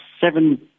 seven